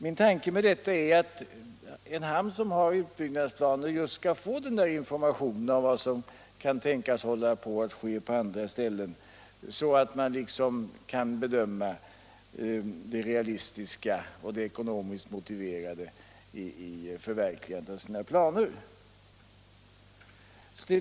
Min tanke med detta är att hamnägare som har utbyggnadsplaner just skall få information om vad som kan tänkas hålla på att ske på andra ställen, så att man kan bedöma det realistiska och ekonomiskt motiverade i förverkligandet av sina planer.